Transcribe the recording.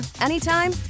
anytime